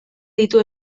ditu